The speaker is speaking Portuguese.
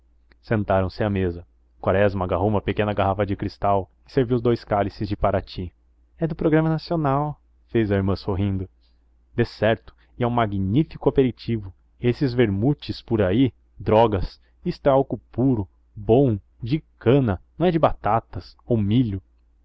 sentaram-se à mesa quaresma agarrou uma pequena garrafa de cristal e serviu dous cálices de parati é do programa nacional fez a irmã sorrindo decerto e é um magnífico aperitivo esses vermutes por aí drogas isto é álcool puro bom de cana não é de batatas ou milho